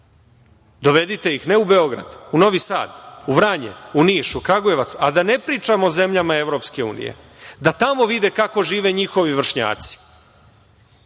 dovedite ih ne u Beograd, u Novi Sad, u Vranje, u Niš, u Kragujevac, a da ne pričam o zemljama EU, da tamo vide kako žive njihovi vršnjaci,